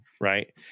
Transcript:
right